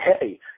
hey